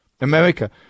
America